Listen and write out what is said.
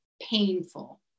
painful